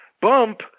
bump